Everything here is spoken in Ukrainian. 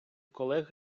колег